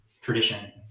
tradition